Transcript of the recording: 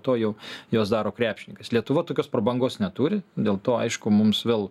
to jau juos daro krepšininkais lietuva tokios prabangos neturi dėl to aišku mums vėl